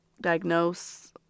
diagnose